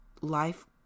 life